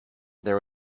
there